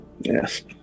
Yes